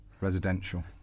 residential